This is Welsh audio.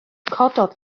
cododd